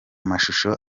mashusho